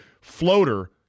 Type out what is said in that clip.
floater